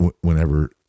whenever